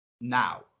now